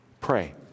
Pray